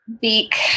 Beak